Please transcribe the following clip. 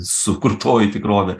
sukurtoji tikrovė